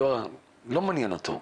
לא מעניין אותו.